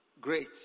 great